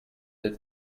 être